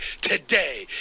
Today